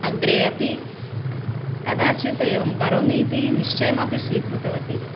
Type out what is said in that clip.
अग्रे अपि कदाचित् एवं करोमि इति निश्चयमपि स्वीकृतवती